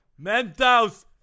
Mentos